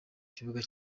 kibuga